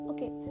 Okay